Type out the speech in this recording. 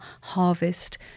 harvest